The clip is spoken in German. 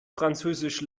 französisch